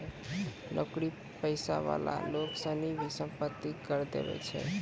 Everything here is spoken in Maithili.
नौकरी पेशा वाला लोग सनी भी सम्पत्ति कर देवै छै